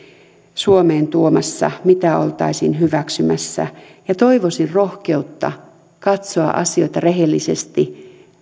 suomeen tuomassa mitä oltaisiin hyväksymässä ja toivoisin rohkeutta katsoa asioita rehellisesti ja